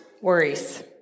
Worries